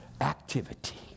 activity